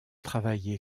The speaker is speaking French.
travaillé